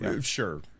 sure